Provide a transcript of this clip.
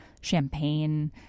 champagne